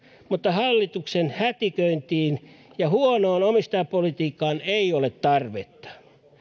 mutta hallituksen hätiköintiin ja huonoon omistajapolitiikkaan ei ole tarvetta